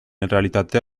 errealitatea